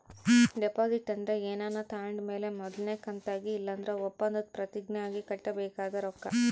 deposit ಅಂದ್ರ ಏನಾನ ತಾಂಡ್ ಮೇಲೆ ಮೊದಲ್ನೇ ಕಂತಾಗಿ ಇಲ್ಲಂದ್ರ ಒಪ್ಪಂದುದ್ ಪ್ರತಿಜ್ಞೆ ಆಗಿ ಕಟ್ಟಬೇಕಾದ ರೊಕ್ಕ